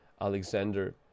Alexander